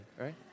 right